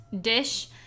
dish